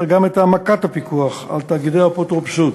גם את העמקת הפיקוח על תאגידי האפוטרופסות.